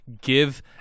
give